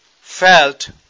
felt